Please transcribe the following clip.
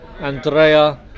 Andrea